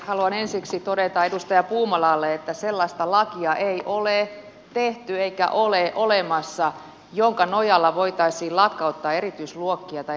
haluan ensiksi todeta edustaja puumalalle että sellaista lakia ei ole tehty eikä ole olemassa jonka nojalla voitaisiin lakkauttaa erityisluokkia tai erityiskouluja